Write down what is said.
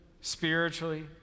spiritually